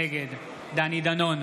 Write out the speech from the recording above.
נגד דני דנון,